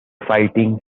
fighting